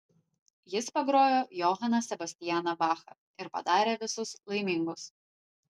jis pagrojo johaną sebastianą bachą ir padarė visus laimingus